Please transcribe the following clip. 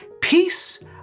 peace